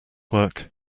work